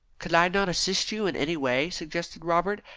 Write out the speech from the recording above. could i not assist you in any way? suggested robert,